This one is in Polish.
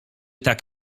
tak